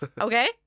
okay